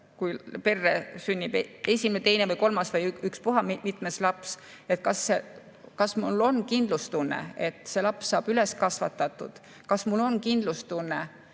kui perre sünnib esimene, teine või kolmas või ükspuha mitmes laps, siis kas mul on kindlustunne, et see laps saab üles kasvatatud, ja kas mul on kindlustunne,